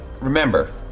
Remember